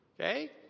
Okay